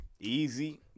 Easy